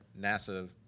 NASA